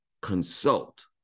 consult